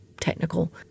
technical